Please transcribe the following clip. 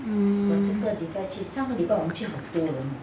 mm